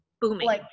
booming